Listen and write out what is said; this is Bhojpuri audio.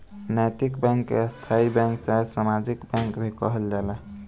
नैतिक बैंक के स्थायी बैंक चाहे सामाजिक बैंक भी कहल जाला